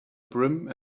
brim